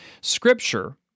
Scripture